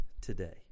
today